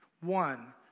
One